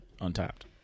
untapped